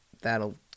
that'll